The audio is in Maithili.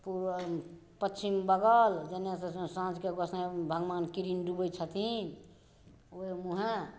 पच्छिम बगल जेनेसँ साँझके गोसाईं भगमान किरिन डुबै छथिन ओहि मुँहेँ